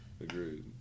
Agreed